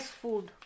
food